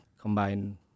combine